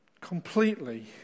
completely